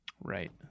Right